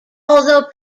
although